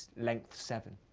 length seven.